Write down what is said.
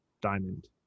diamond